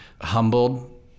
humbled